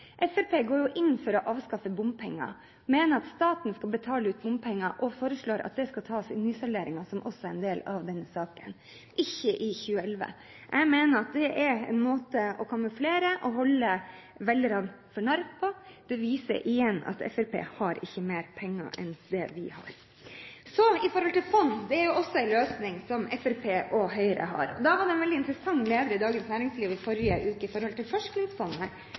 inn for å avskaffe bompenger og mener at staten skal betale ut bompenger, og foreslår at det skal tas i nysalderingen, som også er en del av denne saken, ikke i 2011. Jeg mener at det er en måte å kamuflere og holde velgerne for narr på. Det viser igjen at Fremskrittspartiet ikke har mer penger enn det vi har. Når det gjelder fond, er dét også en løsning som Fremskrittspartiet og Høyre har. Det var en veldig interessant leder i Dagens Næringsliv i forrige uke